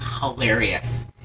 hilarious